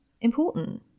important